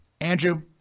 andrew